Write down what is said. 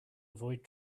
avoid